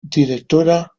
directora